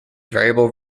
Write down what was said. variable